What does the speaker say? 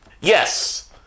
yes